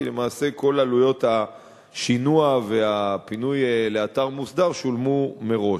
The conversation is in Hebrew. כי למעשה כל עלויות השינוע והפינוי לאתר מוסדר שולמו מראש.